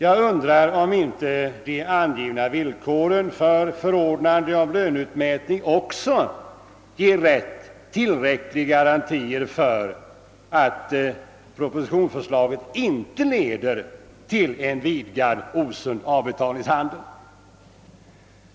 Jag undrar om inte de angivna villkoren för förordnande om löneutmätning också ger tillräckliga garantier för att propositionsförslaget inte leder till en vidgad och osund avbetalningshandel.